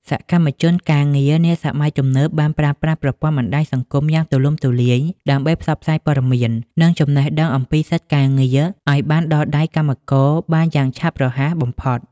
សកម្មជនការងារនាសម័យទំនើបបានប្រើប្រាស់ប្រព័ន្ធបណ្តាញសង្គមយ៉ាងទូលំទូលាយ ដើម្បីផ្សព្វផ្សាយព័ត៌មាន និងចំណេះដឹងអំពីសិទ្ធិការងារឱ្យបានដល់ដៃកម្មករបានយ៉ាងឆាប់រហ័សបំផុត។